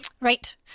Right